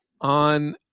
on